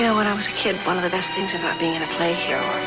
yeah when i was a kid, one of the best things about being in a play here,